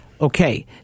Okay